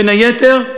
בין היתר,